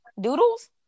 doodles